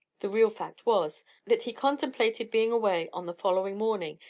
the real fact was, that he contemplated being away on the following morning,